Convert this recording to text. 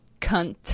cunt